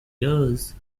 years